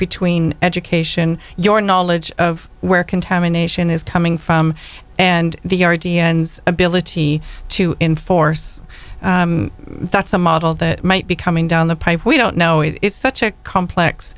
between education your knowledge of where contamination is coming from and the our dns ability to enforce that's a model that might be coming down the pipe we don't know if it's such a complex